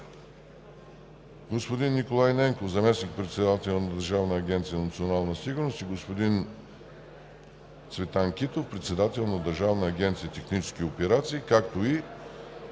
господин Николай Ненков – заместник-председател на Държавна агенция „Национална сигурност“, и господин Цветан Китов – председател на Държавна агенция „Технически операции“, както и